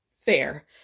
fair